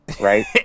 right